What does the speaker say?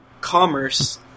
Commerce